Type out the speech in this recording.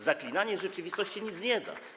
Zaklinanie rzeczywistości nic nie da.